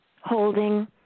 holding